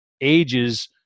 ages